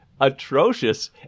atrocious